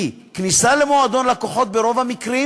כי כניסה למועדון לקוחות ברוב המקרים,